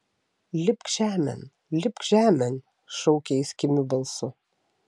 lipk žemėn lipk žemėn šaukė jis kimiu balsu